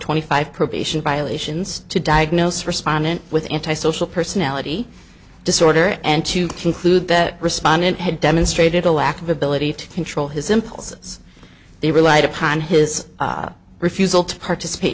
twenty five probation violations to diagnose respondent with anti social personality disorder and to conclude that respondent had demonstrated a lack of ability to control his impulses they relied upon his refusal to participate